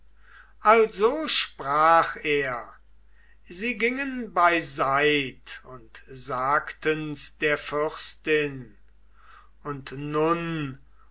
also sprach er sie gingen beiseit und sagten's der fürstin und nun